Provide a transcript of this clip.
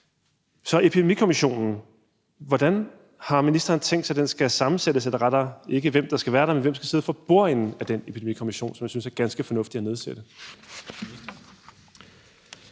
der epidemikommissionen: Hvordan har ministeren tænkt sig at den skal sammensættes, eller rettere: Hvem skal sidde for bordenden af den epidemikommission, som jeg synes er ganske fornuftig at nedsætte?